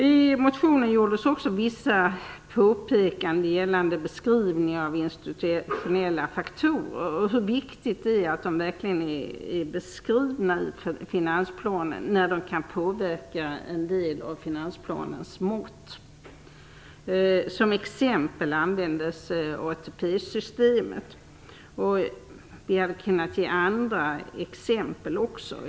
I motionen görs också vissa påpekanden gällande beskrivningen av institutionella faktorer och hur viktigt det är att dessa verkligen beskrivs i finansplanen, eftersom de kan påverka en del av den. Som exempel anges ATP-systemet. Andra exempel kunde ges.